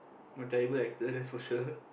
I'm a terrible actor that's for sure